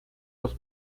los